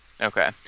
Okay